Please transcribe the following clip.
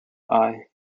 eye